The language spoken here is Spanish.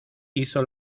hizo